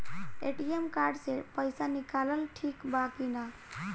ATM card से पईसा निकालल ठीक बा की ना?